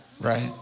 right